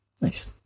Nice